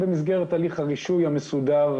תהליך התכנון ארוך הטווח שסקרה אילנה אנחנו,